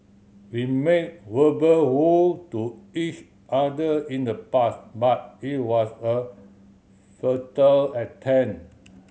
we made verbal vow to each other in the past but it was a futile attempt